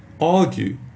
Argue